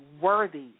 worthy